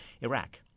Iraq